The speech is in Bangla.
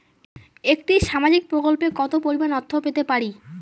একটি সামাজিক প্রকল্পে কতো পরিমাণ অর্থ পেতে পারি?